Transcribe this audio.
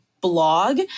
blog